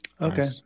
Okay